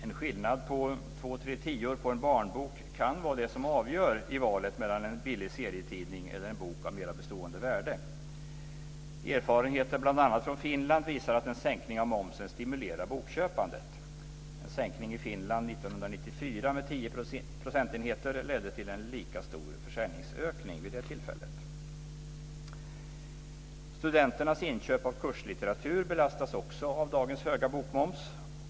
En skillnad på två tre tior på en barnbok kan vara det som avgör i valet mellan en billig serietidning eller en bok av mer bestående värde. Erfarenheten bl.a. från Finland visar att en sänkning av momsen stimulerar bokköpandet. En sänkning i Finland år 1994 med tio procentenheter ledde till en lika stor försäljningsökning vid det tillfället. Studenternas inköp av kurslitteratur belastas också av dagens höga bokmoms.